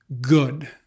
good